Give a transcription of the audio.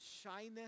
shyness